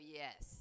yes